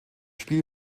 spiel